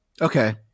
Okay